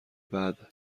بعده